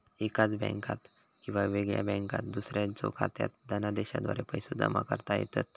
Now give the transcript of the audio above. एकाच बँकात किंवा वेगळ्या बँकात दुसऱ्याच्यो खात्यात धनादेशाद्वारा पैसो जमा करता येतत